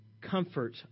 comfort